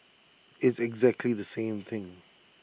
it's exactly the same thing